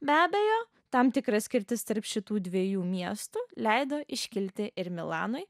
be abejo tam tikra skirtis tarp šitų dviejų miestų leido iškilti ir milanui